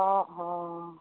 অঁ অঁ